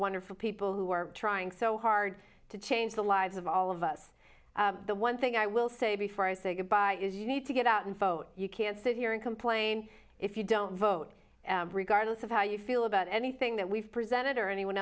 wonderful people who are trying so hard to change the lives of all of us the one thing i will say before i say goodbye is you need to get out and vote you can't sit here and complain if you don't vote regardless of how you feel about anything that we've presented or anyone